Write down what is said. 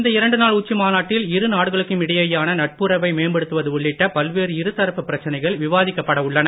இந்த இரண்டு நாள் உச்சி மாநாட்டில் இரு நாடுகளுக்கும் இடையேயான நட்புறவை மேம்படுத்துவது உள்ளிட்ட பல்வேறு இரு தரப்பு பிரச்சனைகள் விவாதிக்கப்பட உள்ளன